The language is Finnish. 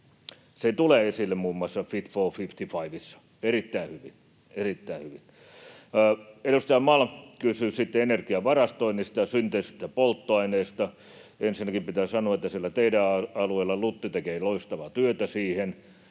Se tulee esille muun muassa Fit for 55:ssä erittäin hyvin, erittäin hyvin. Edustaja Malm kysyi sitten energian varastoinnista ja synteettisistä polttoaineista. Ensinnäkin pitää sanoa, että siellä teidän alueellanne LUT tekee loistavaa työtä siinä,